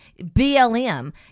BLM